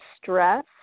stress